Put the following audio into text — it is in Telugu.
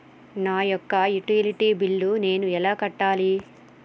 నా యొక్క యుటిలిటీ బిల్లు నేను ఎలా కట్టాలి?